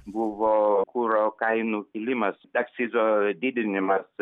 buvo kuro kainų kilimas akcizo didinimas